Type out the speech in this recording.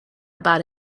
about